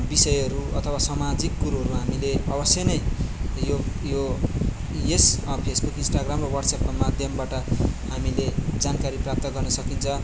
विषयहरू अथवा सामाजिक कुरोहरू हामीले अवश्य नै यो यो यस फेसबुक इन्स्टाग्राम र वाट्सएपको माध्यमबाट हामीले जानकारी प्राप्त गर्न सकिन्छ